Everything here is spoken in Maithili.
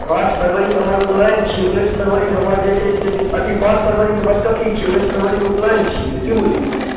पाँच फरवरी कऽ हमर उपलैन छियै उनैस फरवरी कऽ हमर जे छै से अथी पाँच फरवरी कऽ बाँसकट्टी छियै उनैस फवारी कऽ उपलैन छियै की बुझलियै